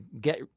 get